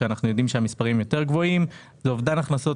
כשאנחנו יודעים שהמספרים יותר גבוהים; זה אובדן הכנסות